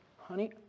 honey